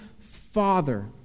father